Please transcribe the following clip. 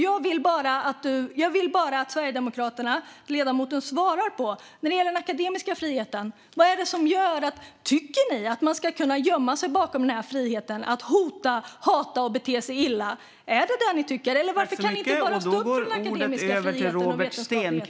Jag vill bara att Sverigedemokraterna och ledamoten svarar på vad det är som gör, när det gäller den akademiska friheten, att man ska kunna gömma sig bakom det här och hota, hata och bete sig illa. Är det vad ni tycker? Varför kan ni inte bara stå upp för den akademiska friheten och vetenskapligheten?